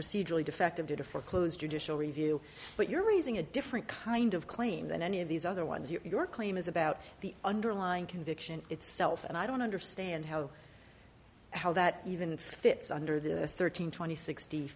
procedurally defective due to foreclose judicial review but you're raising a different kind of claim than any of these other ones your claim is about the underlying conviction itself and i don't understand how how that even fits under the thirteen t